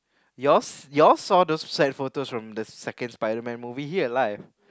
yours you'll saw those side photos from the second Spiderman movie he alive